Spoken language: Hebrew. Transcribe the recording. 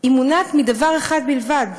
מונעת מדבר אחד בלבד,